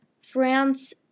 France